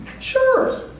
Sure